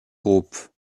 groupe